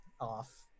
off